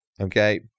okay